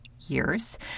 years